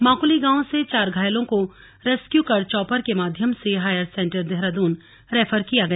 माकूली गांव से चार घायलों को रेस्क्यू कर चॉपर के माध्यम से हायर सेंटर देहरादून रेफर किया गया